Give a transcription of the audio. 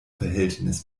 verhältnis